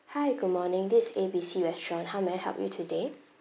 hi good morning this is A B C restaurant how may I help you today